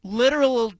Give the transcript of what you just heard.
literal